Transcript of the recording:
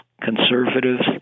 conservatives